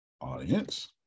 audience